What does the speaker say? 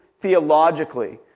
theologically